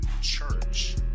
church